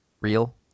real